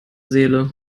seele